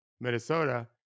Minnesota